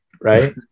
right